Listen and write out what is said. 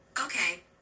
Okay